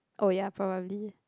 oh ya probably